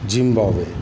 Zimbabwe